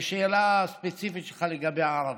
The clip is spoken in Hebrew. בשאלה הספציפית שלך לגבי עראבה,